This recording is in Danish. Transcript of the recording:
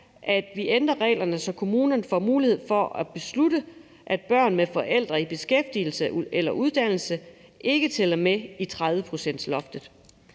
at vi ændrer reglerne, så kommunerne får mulighed for at beslutte, at børn med forældre i beskæftigelse eller uddannelse ikke tæller med i 30-procentsloftet.